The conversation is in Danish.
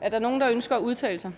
Af beskæftigelsesministeren (Mette